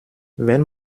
wenn